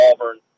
Auburn